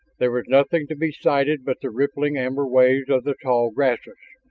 there was nothing to be sighted but the rippling amber waves of the tall grasses,